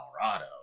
Colorado